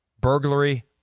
burglary